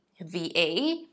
VA